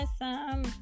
awesome